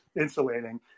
insulating